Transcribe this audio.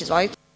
Izvolite.